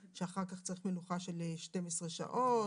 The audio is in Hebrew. שאחר כך צריך מנוחה של 12 שעות.